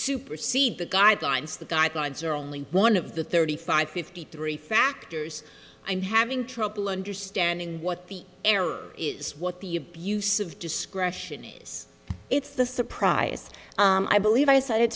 supersede the guidelines the guidelines are only one of the thirty five fifty three factors i'm having trouble understanding what the error is what the abuse of discretion is it's the surprised i believe i cited